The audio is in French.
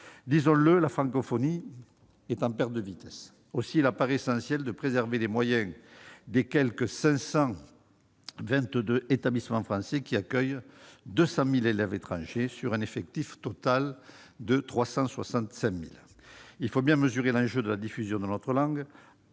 Disons-le, la francophonie est en perte de vitesse. Aussi, il apparaît essentiel de préserver les moyens des quelque 522 établissements français qui accueillent 200 000 élèves étrangers sur un effectif total de 365 000. Il faut bien mesurer l'enjeu de la diffusion de notre langue.